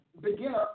beginner